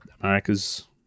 America's